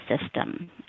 system